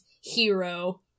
hero